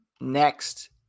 next